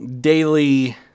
daily